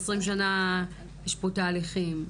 20 שנים יש פה תהליכים.